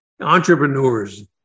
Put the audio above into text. entrepreneurs